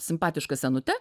simpatiška senute